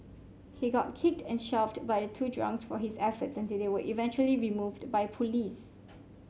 he got kicked and shoved by the two drunks for his efforts until they were eventually removed by police